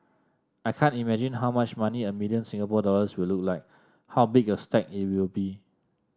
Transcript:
I can't imagine how much money a million Singapore dollars will look like how big a stack it will be